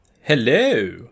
Hello